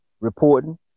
reporting